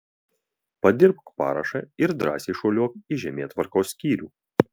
padirbk parašą ir drąsiai šuoliuok į žemėtvarkos skyrių